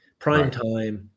primetime